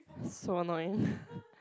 so annoying